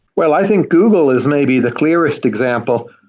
well, i think google is maybe the clearest example.